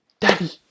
daddy